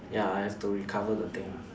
ya I have to recover the thing